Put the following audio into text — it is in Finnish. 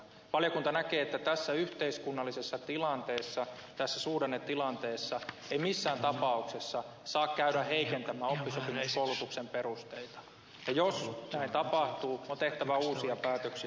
valiokunta näkee että tässä yhteiskunnallisessa tilanteessa tässä suhdannetilanteessa ei missään tapauksessa saa käydä heikentämään oppisopimuskoulutuksen perusteita ja jos näin tapahtuu on tehtävä uusia päätöksiä